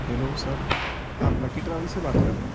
hello sir آپ lucky travel سے بات کر رہے ہیں